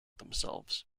themselves